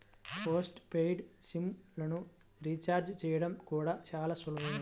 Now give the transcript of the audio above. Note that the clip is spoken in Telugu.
పోస్ట్ పెయిడ్ సిమ్ లను రీచార్జి చేయడం కూడా చాలా సులభమే